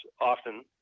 often